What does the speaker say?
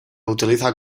utiliza